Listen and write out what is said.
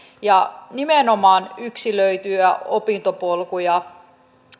ja nimenomaan yksilöityjä opintopolkuja